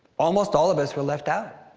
almost all of us were left out